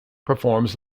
performs